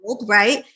right